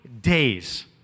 days